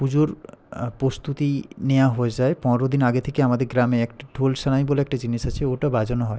পুজোর প্রস্তুতি নেওয়া হয়ে যায় পনোরো দিন আগে থেকে আমাদের গ্রামে একটা ঢোল সানাই বলে একটা জিনিস আছে ওটা বাজানো হয়